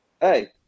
Hey